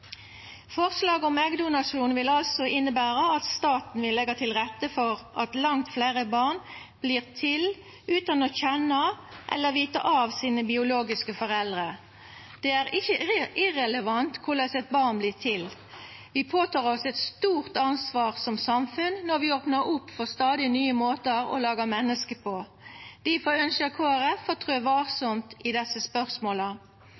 Forslag om eggdonasjon vil altså innebera at staten vil leggja til rette for at langt fleire barn vert til utan å kjenna eller vita om sine biologiske foreldre. Det er ikkje irrelevant korleis eit barn vert til. Vi tek på oss eit stort ansvar som samfunn når vi opnar opp for stadig nye måtar å laga menneske på. Difor ønskjer Kristeleg Folkeparti å trø